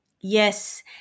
Yes